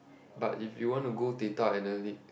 but if you want to go data analy~